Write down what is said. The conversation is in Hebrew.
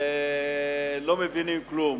ולא מבינים כלום.